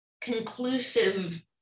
conclusive